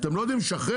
אתם לא יודעים לשחרר?